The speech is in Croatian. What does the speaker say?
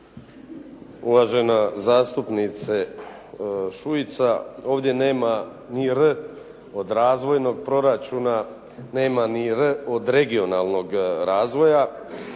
Uvažena zastupnice Šuica, ovdje nema ni R od razvojnog proračuna, nema ni R od regionalnog razvoja.